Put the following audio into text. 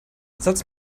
satz